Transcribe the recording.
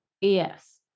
Yes